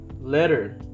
Letter